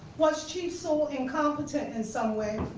was chief so incompetent in some way?